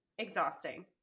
Exhausting